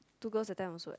two girls that time also what